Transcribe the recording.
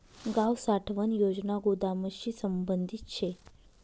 गाव साठवण योजना गोदामशी संबंधित शे